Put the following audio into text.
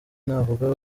ntavuga